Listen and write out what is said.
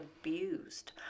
abused